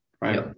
right